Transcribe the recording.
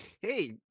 Hey